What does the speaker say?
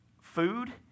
food